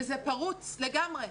זה פרוץ לגמרי.